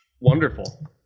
wonderful